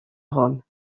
rome